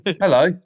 Hello